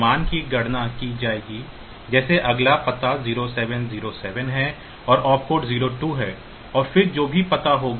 मान की गणना की जाएगी जैसे अगला पता 0707 है और ऑप कोड 02 है और फिर जो भी पता होगा वह यहाँ आ जाएगा